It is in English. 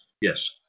Yes